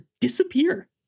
disappear